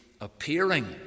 appearing